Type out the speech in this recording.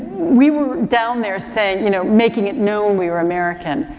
we were down there saying, you know, making it known we were american.